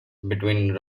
between